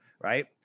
right